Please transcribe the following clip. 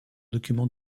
document